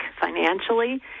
financially